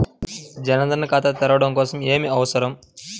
జన్ ధన్ ఖాతా తెరవడం కోసం ఏమి అవసరం?